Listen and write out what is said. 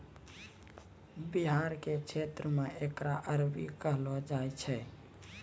बिहार के क्षेत्र मे एकरा अरबी कहलो जाय छै